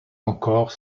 encore